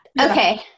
Okay